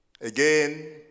Again